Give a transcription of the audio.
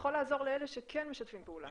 שיכול לעזור לאלה שכן משתפים פעולה.